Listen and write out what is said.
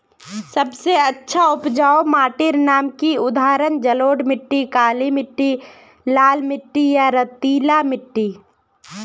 सबसे अच्छा उपजाऊ माटिर नाम की उदाहरण जलोढ़ मिट्टी, काली मिटटी, लाल मिटटी या रेतीला मिट्टी?